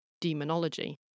demonology